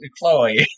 chloe